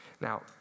Now